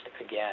again